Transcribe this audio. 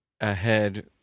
ahead